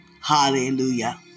Hallelujah